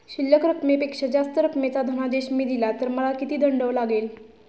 शिल्लक रकमेपेक्षा जास्त रकमेचा धनादेश मी दिला तर मला किती दंड लागेल?